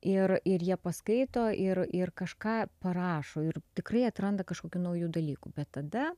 ir ir jie paskaito ir ir kažką parašo ir tikrai atranda kažkokių naujų dalykų bet tada